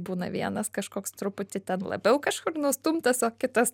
būna vienas kažkoks truputį ten labiau kažkur nustumtas o kitas